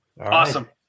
awesome